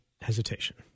hesitation